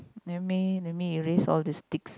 let me let me erase all this ticks